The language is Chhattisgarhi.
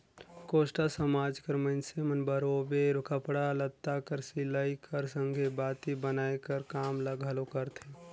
कोस्टा समाज कर मइनसे मन बरोबेर कपड़ा लत्ता कर सिलई कर संघे बाती बनाए कर काम ल घलो करथे